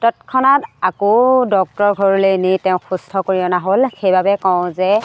তৎক্ষণাত আকৌ ডক্তৰ ঘৰলে নি তেওঁক সুস্থ কৰি অনা হ'ল সেইবাবে কওঁ যে